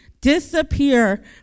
disappear